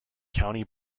county